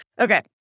Okay